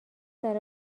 ذره